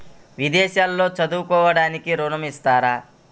విదేశాల్లో చదువుకోవడానికి ఋణం ఇస్తారా?